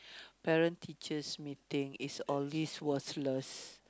Parents teacher meeting is always worthless